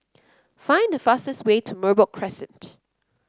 find the fastest way to Merbok Crescent